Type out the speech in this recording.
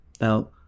Now